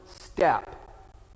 step